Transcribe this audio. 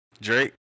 Drake